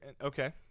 okay